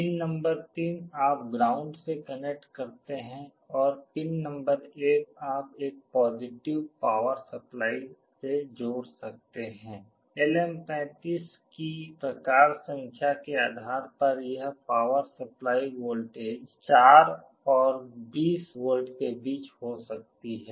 pin number 3 आप ground से connect करते हैं और पिन नंबर 1 आप एक पॉजिटिव पावर सप्लाई से जोड़ सकते हैं LM35 की प्रकार संख्या के आधार पर यह पावर सप्लाई वोल्टेज 4 और 20 वोल्ट के बीच हो सकती है